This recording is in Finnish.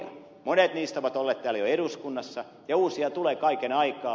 monet niistä ovat olleet jo täällä eduskunnassa ja uusia tulee kaiken aikaa